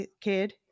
kid